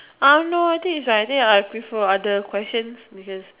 I don't know I think it's like I think I prefer other questions because